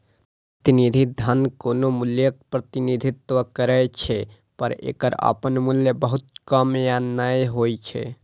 प्रतिनिधि धन कोनो मूल्यक प्रतिनिधित्व करै छै, पर एकर अपन मूल्य बहुत कम या नै होइ छै